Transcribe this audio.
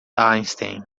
einstein